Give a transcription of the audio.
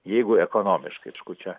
jeigu ekonomiškai aišku čia